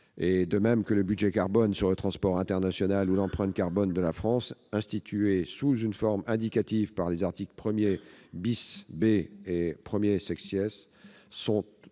de même que le budget carbone sur le transport international ou l'empreinte carbone de la France- institués sous une forme indicative par les articles 1 B et 1 -sont